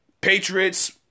patriots